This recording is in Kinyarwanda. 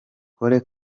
khloe